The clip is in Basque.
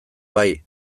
bai